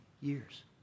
years